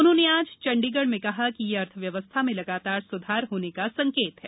उन्होंने आज चंडीगढ़ में कहा कि यह अर्थव्यवस्था में लगातार सुधार होने का संकेत है